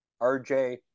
RJ